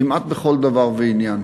כמעט בכל דבר ועניין,